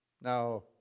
Now